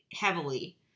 heavily